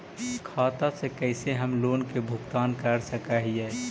खाता से कैसे हम लोन के भुगतान कर सक हिय?